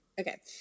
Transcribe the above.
Okay